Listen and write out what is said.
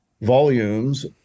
volumes